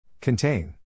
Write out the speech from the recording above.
Contain